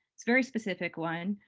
it's very specific one.